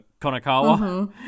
Konakawa